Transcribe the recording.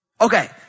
Okay